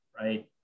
right